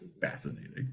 fascinating